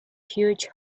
huge